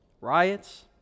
riots